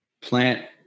Plant